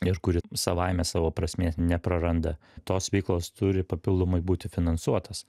ir kuri savaime savo prasmės nepraranda tos veiklos turi papildomai būti finansuotos